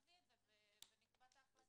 נביא את זה ונקבע את ההחלטה.